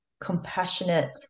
compassionate